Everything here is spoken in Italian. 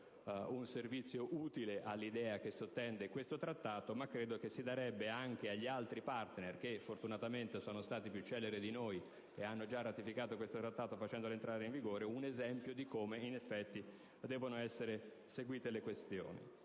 un servizio utile all'idea che sottende a questo Trattato, ma si darebbe anche agli altri *partner* che fortunatamente sono stati più celeri di noi e hanno già ratificato questo Trattato facendolo entrare in vigore un esempio di come, in effetti, devono essere seguite le questioni.